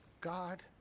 God